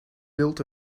built